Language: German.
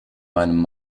meinem